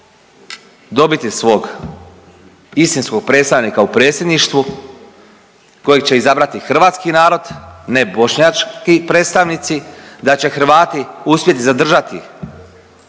dobiti svog istinskog predstavnika u Predsjedništvu kojeg će izabrati hrvatski narod, ne bošnjački predstavnici, da će Hrvati uspjeti zadržati,